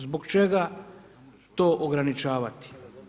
Zbog čega to ograničavati?